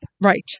Right